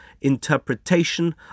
interpretation